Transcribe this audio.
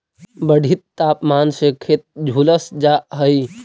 बढ़ित तापमान से खेत झुलस जा हई